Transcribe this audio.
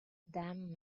damn